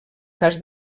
cas